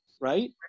right